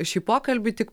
šį pokalbį tik